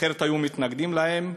אחרת היו מתנגדים להם,